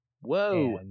Whoa